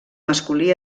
masculí